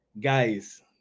guys